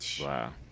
Wow